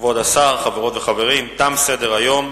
כבוד השר, חברות וחברים, תם סדר-היום.